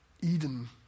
Eden